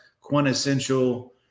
quintessential